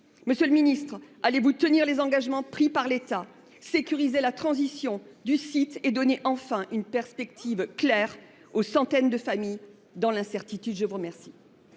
Monsieur le ministre, allez vous tenir les engagements pris par l’État pour sécuriser la transition du site et donner enfin une perspective claire aux centaines de familles plongées dans l’incertitude ? La parole